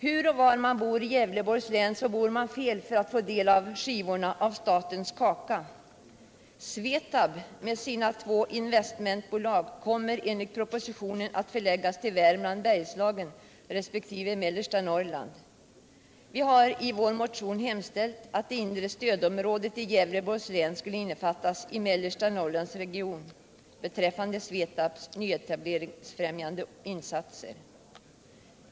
Hur och var man än bor i Gävleborgs län bor man fel för att få del av skivorna i statens kaka! SVETAB med sina två investmentbolag kommer enligt propositionen att förläggas till Värmland De mindre och Bergslagen resp. mellersta Norrland. medelstora Vi har i vår motion hemställt att det inre stödområdet i Gävleborgs = företagens utvecklän skall innefattas i mellersta Norrlands region beträffande SVETAB:s = ling, m.m. nyetableringsfrämjande insatser.